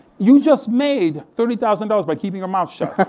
you just made thirty thousand dollars by keeping your mouth shut.